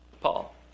Paul